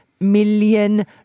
million